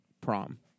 prom